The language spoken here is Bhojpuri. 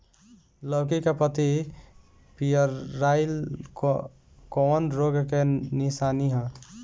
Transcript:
लौकी के पत्ति पियराईल कौन रोग के निशानि ह?